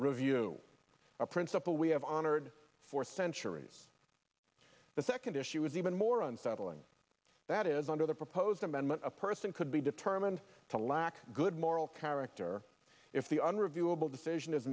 review a principle we have honored for centuries the second issue is even more unsettling that is under the proposed amendment a person could be determined to lack good moral character if the unreviewable decision is